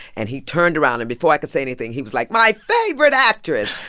and he turned around, and before i could say anything, he was like, my favorite actress.